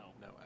No